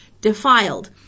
defiled